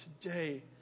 today